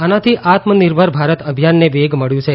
આનાથી આત્મનિર્ભર ભારત અભિયાનને વેગ મબ્યું છે